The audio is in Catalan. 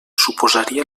suposaria